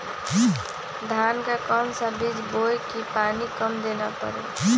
धान का कौन सा बीज बोय की पानी कम देना परे?